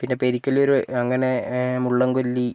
പിന്നെ പെരിക്കല്ലൂർ അങ്ങനെ മുള്ളംകൊല്ലി